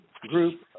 group